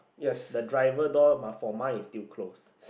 the driver door mine for mine is still closed